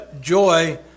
joy